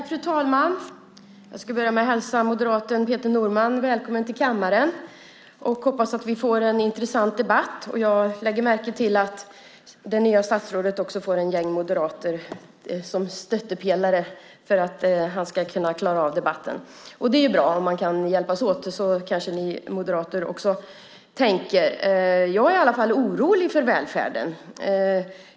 Fru talman! Jag hälsar moderaten Peter Norman välkommen till kammaren och hoppas att vi får en intressant debatt. Jag noterar att det nya statsrådet har ett gäng moderater som stöttepelare för att klara av debatten. Att det är bra att hjälpas åt tänker kanske även ni moderater. Jag är orolig för välfärden.